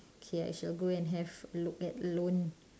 okay I shall go and have a look at alone